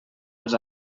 els